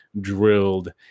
drilled